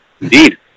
indeed